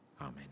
Amen